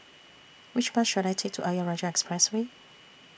Which Bus should I Take to Ayer Rajah Expressway